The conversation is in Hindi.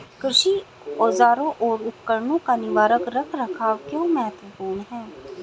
कृषि औजारों और उपकरणों का निवारक रख रखाव क्यों महत्वपूर्ण है?